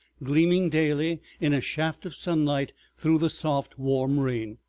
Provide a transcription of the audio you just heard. gleaming gaily in a shaft of sunlight through the soft warm rain.